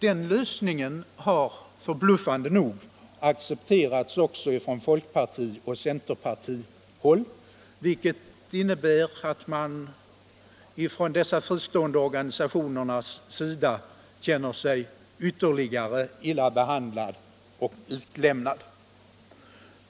Denna lösning har förbluffande nog accepterats också på folkpartioch centerpartihåll, vilket innebär att de fristående organisationerna i ännu högre grad känner sig illa behandlade och utlämnade.